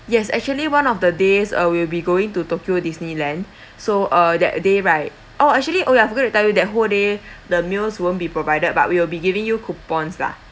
yes actually one of the days uh will be going to tokyo Disneyland so uh that day right oh actually oh ya I forgot to tell you that whole day the meals won't be provided but we will be giving you coupons lah